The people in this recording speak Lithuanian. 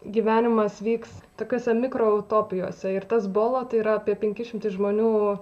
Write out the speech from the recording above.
gyvenimas vyks tokiuose mikroutopijose ir tas bolo tai yra apie penki šimtai žmonių